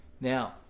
Now